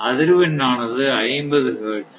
அதிர்வெண் ஆனது 50 ஹெர்ட்ஸ்